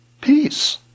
peace